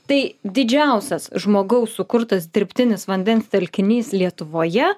tai didžiausias žmogaus sukurtas dirbtinis vandens telkinys lietuvoje